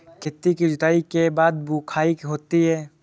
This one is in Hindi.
खेती की जुताई के बाद बख्राई होती हैं?